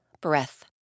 breath